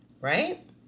right